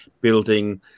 building